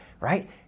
Right